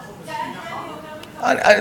אגב,